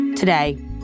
Today